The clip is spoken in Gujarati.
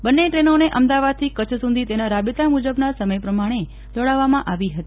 બન્ને ટ્રેનોને અમદાવાદથી કચ્છ સુધી તેના રાબેતા મુજબના સમય પ્રમાણે દોડાવવામાં આવી હતી